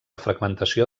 fragmentació